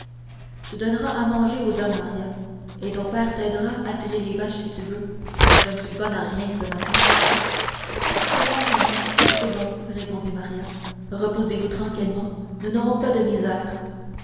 tu donneras à manger aux hommes maria et ton père t'aidera à tirer les vaches si tu veux je ne suis bonne à rien ce matin c'est bon sa mère c'est bon répondit maria reposez-vous tranquillement nous n'aurons pas de misère